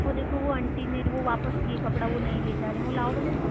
वो देखो वो आंटी ने वो वापस किए वो वापस किए कपड़ा वो नहीं ले जा रहे हैं वो लाओ जरा इधर